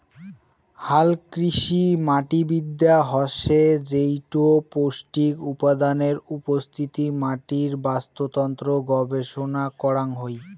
হালকৃষিমাটিবিদ্যা হসে যেইটো পৌষ্টিক উপাদানের উপস্থিতি, মাটির বাস্তুতন্ত্র গবেষণা করাং হই